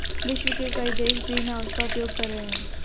विश्व के कई देश ग्रीनहाउस का उपयोग कर रहे हैं